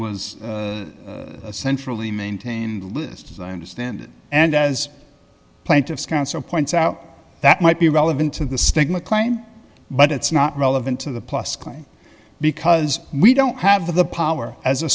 was centrally maintained list as i understand it and as plaintiff's counsel points out that might be relevant to the stigma claim but it's not relevant to the plus claim because we don't have the power as a